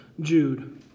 Jude